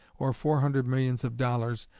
or four hundred millions of dollars,